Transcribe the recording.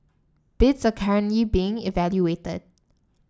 bids are currently being evaluated